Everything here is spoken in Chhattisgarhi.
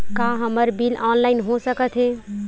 का हमर बिल ऑनलाइन हो सकत हे?